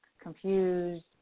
confused